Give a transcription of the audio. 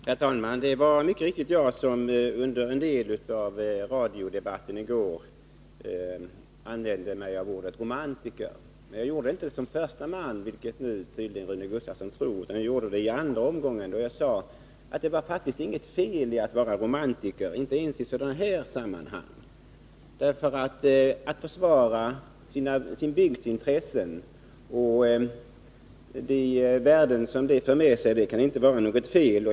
Herr talman! Det var mycket riktigt jag som under en del av radiodebatten i går använde ordet ”romantiker”. Jag var inte den som först använde det, vilket Rune Gustavsson tydligen tror, utan jag gjorde det i en andra omgång, då jag sade att det faktiskt inte var något fel i att vara romantiker — inte ens i sådana här sammanhang. Att försvara sin bygds intressen och de värden som den har kan inte vara något fel.